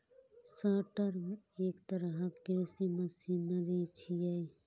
sorter एक तरहक कृषि मशीनरी छियै